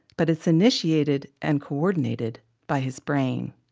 but it's initiated and coordinated by his brain.